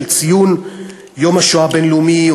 של ציון יום השואה הבין-לאומי,